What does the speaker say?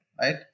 right